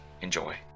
Enjoy